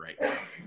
right